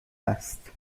است